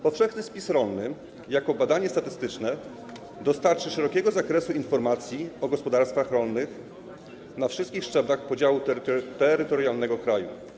Powszechny spis rolny jako badanie statystyczne dostarczy szerokiego zakresu informacji o gospodarstwach rolnych na wszystkich szczeblach podziału terytorialnego kraju.